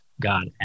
God